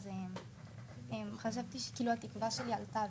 אז התקווה שלי עלתה